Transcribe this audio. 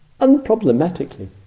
unproblematically